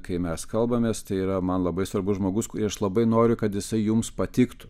kai mes kalbamės tai yra man labai svarbus žmogus kurį aš labai noriu kad jisai jums patiktų